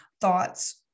thoughts